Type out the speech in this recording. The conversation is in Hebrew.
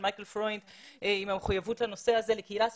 מייקל פרוינד עם המחויבות לנושא הזה לקהילה ספציפית.